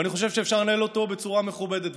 ואני חושב שאפשר לנהל אותו בצורה מכובדת,